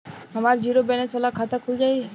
हमार zero balance वाला खाता खुल जाई?